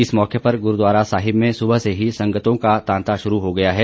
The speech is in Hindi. इस मौके पर गुरूद्वारा साहिब में सुबह से ही संगतों का तांता शुरू हो गया है